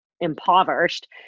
impoverished